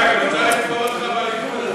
חיים, היא רוצה לפטור אותך מהליכוד.